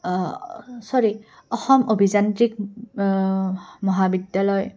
চৰি অসম অভিযান্ত্ৰিক মহাবিদ্যালয়